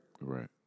Right